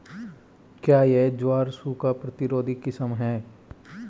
क्या यह ज्वार की सूखा प्रतिरोधी किस्म है?